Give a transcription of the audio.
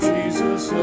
Jesus